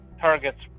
targets